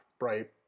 right